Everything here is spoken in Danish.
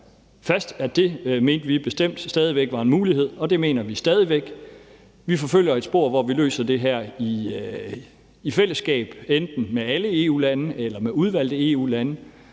fast, at det mente vi bestemt stadig væk var en mulighed, og det mener vi stadig væk. Vi forfølger to spor, hvor vi løser det her i fællesskab, enten med alle EU-lande eller med udvalgte EU-lande,